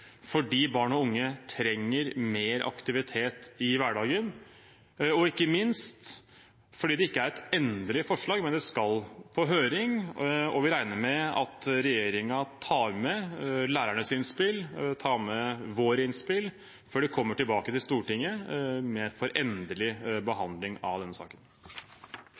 fordi barn og unge trenger mer aktivitet i hverdagen, og ikke minst fordi det ikke er et endelig forslag. Det skal på høring, og vi regner med at regjeringen tar med lærernes innspill og våre innspill før saken kommer tilbake til Stortinget for endelig behandling.